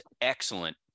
excellent